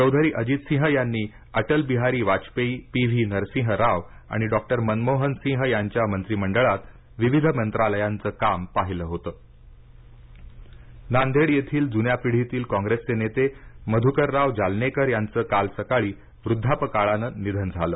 चौधरी अजित सिंह यांनी अटल बिहारी वाजपेयीपी व्ही नरसिंह राव आणि डॉ मनमोहन सिंह यांच्या मंत्रिमंडळात विविध मंत्रालयांचं काम पाहिल होतं जालनेकर निधन नांदेड येथील जुन्या पिढीतील काँग्रेसचे नेते मधुकरराव जालनेकर यांच काल सकाळी वृध्दापकाळाने निधन झालं